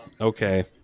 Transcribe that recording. Okay